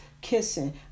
kissing